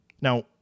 Now